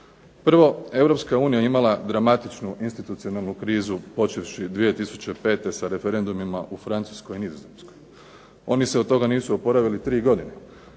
unija je imala dramatičnu institucionalnu krizu počevši 2005. sa referendumima u Francuskoj i Nizozemskoj. Oni se od toga nisu oporavili tri godine.